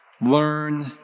learn